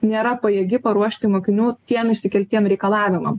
nėra pajėgi paruošti mokinių tiem išsikeltiem reikalavimam